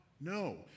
no